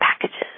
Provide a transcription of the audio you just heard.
packages